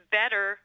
better